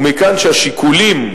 ומכאן שהשיקולים,